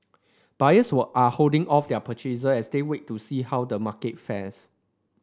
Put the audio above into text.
buyers were are holding off their purchases as they wait to see how the market fares